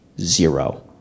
Zero